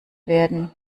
werden